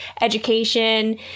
education